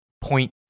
point